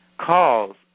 calls